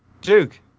Duke